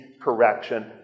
correction